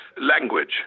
language